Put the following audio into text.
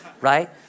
Right